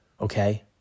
okay